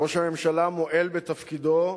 ראש הממשלה מועל בתפקידו,